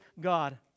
God